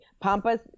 Pampas